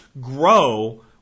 grow